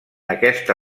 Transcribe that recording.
aquesta